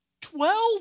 Twelve